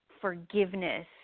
forgiveness